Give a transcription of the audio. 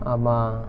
ஆமா:aamaa